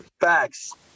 Facts